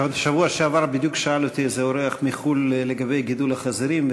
בשבוע שעבר בדיוק שאל אותי איזה אורח מחו"ל לגבי גידול החזירים,